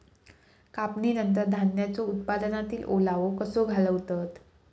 कापणीनंतर धान्यांचो उत्पादनातील ओलावो कसो घालवतत?